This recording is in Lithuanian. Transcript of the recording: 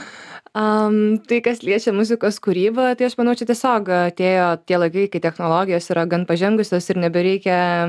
a tai kas liečia muzikos kūrybą tai aš manau čia tiesiog atėjo tie laikai kai technologijos yra gan pažengusios ir nebereikia